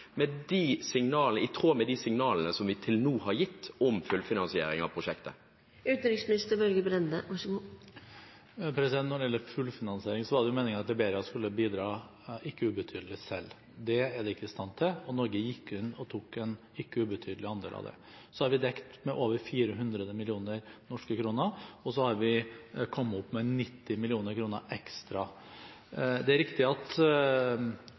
i tråd med de signalene som vi til nå har gitt om fullfinansiering av prosjektet? Når det gjelder fullfinansiering, var det meningen at Liberia skulle bidra ikke ubetydelig selv. Det er de ikke i stand til, og Norge gikk inn og tok en ikke ubetydelig andel av dette. Så har vi dekket med over 400 millioner norske kroner, og så har vi kommet opp med 90 mill. kr ekstra. Når det gjelder årsaken til at